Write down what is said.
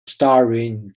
starring